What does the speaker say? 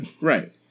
right